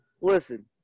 listen